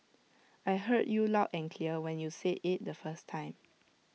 I heard you loud and clear when you said IT the first time